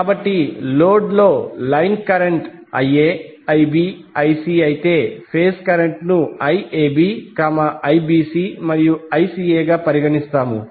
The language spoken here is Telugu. కాబట్టి లోడ్ లో line current Ia Ib Ic అయితే ఫేజ్ కరెంట్ను IAB IBC మరియు ICA గా పరిగణిస్తాము